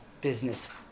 business